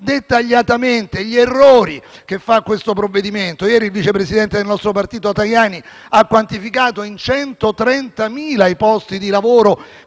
dettagliatamente gli errori contenuti nel provvedimento. Ieri il Vice Presidente del nostro partito, Antonio Tajani, ha quantificato in 130.000 i posti di lavoro